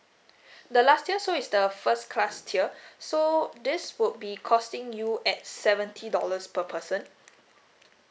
the last tier so it's the first class tier so this would be costing you at seventy dollars per person